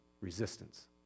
resistance